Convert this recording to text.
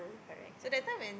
correct correct